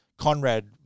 Conrad